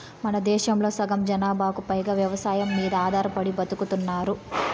మనదేశంలో సగం జనాభాకు పైగా వ్యవసాయం మీద ఆధారపడి బతుకుతున్నారు